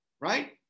Right